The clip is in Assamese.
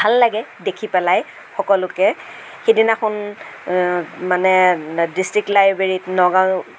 ভাল লাগে দেখি পেলাই সকলোকে সিদিনাখন মানে ডিষ্ট্ৰিক লাইব্ৰেৰীত নগাঁও